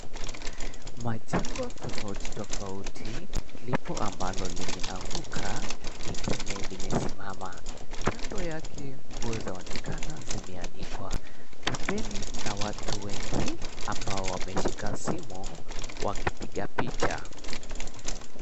Majengo tofauti tofauti, lipo ambalo limeanguka lingine limesimama. Kando yake nguo zaonekana zimeanikwa. Pembeni mna watu wengi ambao wameshika simu wakipiga picha.